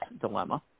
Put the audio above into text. dilemma